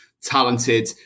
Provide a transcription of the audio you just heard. talented